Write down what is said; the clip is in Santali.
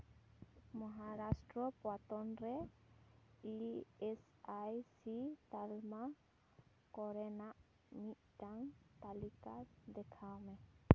ᱢᱚᱦᱟᱨᱟᱥᱴᱨᱚ ᱯᱚᱱᱚᱛ ᱨᱮ ᱤ ᱮᱥ ᱟᱭ ᱥᱤ ᱛᱟᱞᱢᱟ ᱠᱚᱨᱮᱱᱟᱜ ᱢᱤᱫᱴᱟᱝ ᱛᱟᱹᱞᱤᱠᱟ ᱫᱮᱠᱷᱟᱣ ᱢᱮ